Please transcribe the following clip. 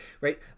right